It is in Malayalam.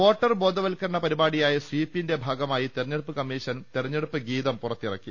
വോട്ടർ ബോധവത്കരണ പരിപാടിയായ സ്വീപിന്റെ ഭാഗമായി തെരഞ്ഞെടുപ്പ് കമ്മീഷന്റെ തെരഞ്ഞെടുപ്പ് ഗീതം പുറത്തിറക്കി